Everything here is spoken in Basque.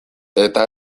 eta